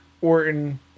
Orton